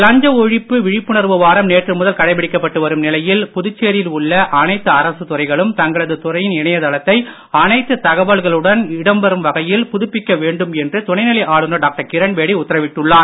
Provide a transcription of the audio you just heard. லஞ்ச ஒழிப்பு விழிப்புணர்வு வாரம் நேற்று கடைபிடிக்கப்பட்டு வரும் நிலையில் புதுச்சேரியில் உள்ள அனைத்து அரசு துறைகளும் தங்களது துறையின் இணையதளத்தை அனைத்து தகவல்களும் இடம்பெறும் வகையில் புதுப்பிக்க வேண்டும் என்று துணைநிலை ஆளுநர் டாக்டர் கிரண்பேடி உத்தரவிட்டுள்ளார்